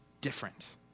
different